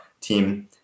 team